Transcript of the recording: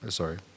sorry